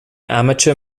amateur